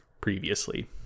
previously